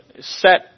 set